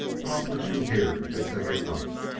but i'll put you here in case they get rough.